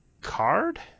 card